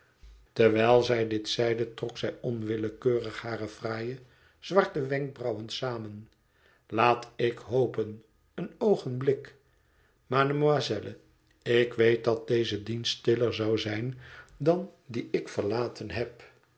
terwijl zij dit zeide trok zij onwillekeurig hare fraaie zwarte wenkbrauwen samen laat ik hopen een oogenblik mademoiselle ik weet dat deze dienst stiller zou zijn dan dien ik verlaten heb